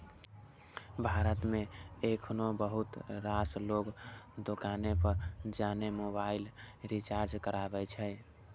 भारत मे एखनो बहुत रास लोग दोकाने पर जाके मोबाइल रिचार्ज कराबै छै